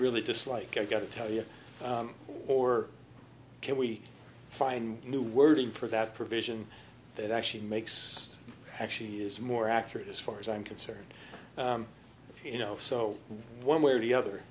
really dislike i've got to tell you or can we find new wording for that provision that actually makes actually is more accurate as far as i'm concerned you know so one way or the other